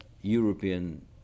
European